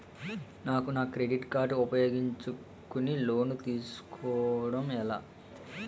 నాకు నా credit card ఉపయోగించుకుని లోన్ తిస్కోడం ఎలా?